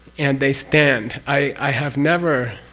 and they stand. i have never.